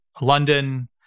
London